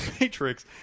Matrix